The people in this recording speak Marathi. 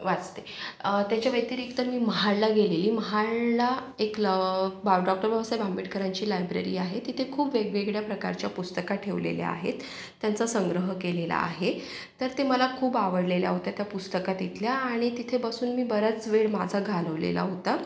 वाचते त्याच्या व्यतिरिक्त मी महाडला गेलेली महाडला एक ल डॉक्टर बाबासाहेब आंबेडकरांची लायब्ररी आहे तिथे खूप वेगवेगळ्या प्रकारच्या पुस्तका ठेवलेल्या आहेत त्यांचा संग्रह केलेला आहे तर ते मला खूप आवडलेल्या होत्या त्या पुस्तका तिथल्या आणि तिथे बसून मी बराच वेळ माझा घालवलेला होता